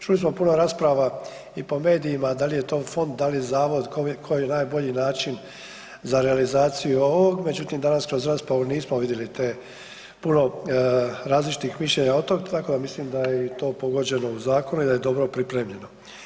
Čuli smo puno rasprava i po medijima, da li je to fond, da li je zavod, koji je najbolji način za realizaciju ovog, međutim, danas kroz raspravu nismo vidjeli te puno različitih mišljenja od tog, tako da mislim da je i to pogođeno u zakonu i da je dobro pripremljeno.